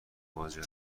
مواجه